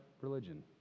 religion